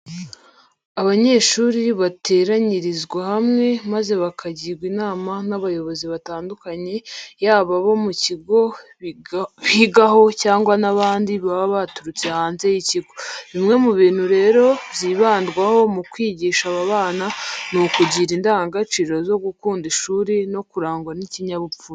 Abanyeshuri bateranyirizwa hamwe maze bakagirwa inama n'abayobozi batandukanye yaba abo mu kigo bigaho cyangwa n'abandi baba baturutse hanze y'ikigo. Bimwe mu bintu rero byibandwaho mu kwigisha aba bana, ni ukugira indangagaciro zo gukunda ishuri no kurangwa n'ikinyabupfura.